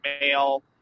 male